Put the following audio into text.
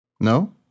No